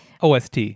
ost